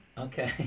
Okay